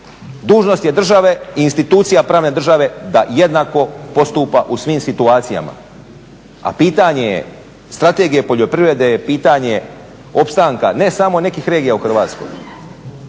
Dužnost je države i institucija pravne države da jednak postupa u svim situacijama, a pitanje je, strategija poljoprivreda je pitanje opstanka ne samo nekih regija u Hrvatskoj